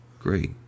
Great